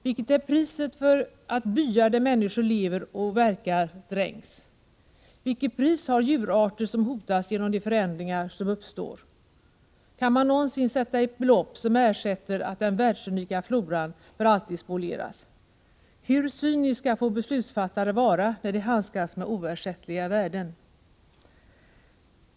Vilket är priset för att byar där människor lever och verkar dränks? Vilket pris har djurarter som hotas genom de förändringar som uppstår? Kan man någonsin sätta ett belopp som ersätter att den världsunika floran för alltid spolieras? Hur cyniska får beslutsfattare vara när de handskas med oersättliga värden?